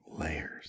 Layers